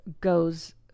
Goes